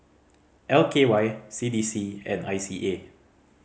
L K Y C D C and I C A